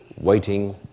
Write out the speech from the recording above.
Waiting